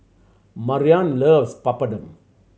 Marian loves Papadum